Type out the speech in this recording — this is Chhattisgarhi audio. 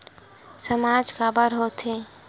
सामाज काबर हो थे?